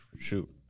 shoot